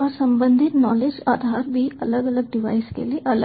और संबंधित नॉलेज आधार भी अलग अलग डिवाइस के लिए अलग हैं